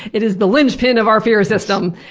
it is the lynchpin of our fear system,